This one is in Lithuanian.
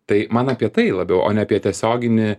tai man apie tai labiau o ne apie tiesioginį